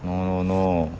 no no no